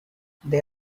they